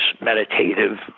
meditative